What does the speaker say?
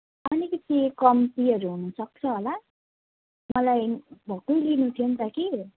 अलिकति कम्तीहरू हुनुसक्छ होला मलाई भक्कु नै लिनु थियो नि त कि